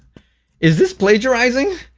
is this plagiarizing!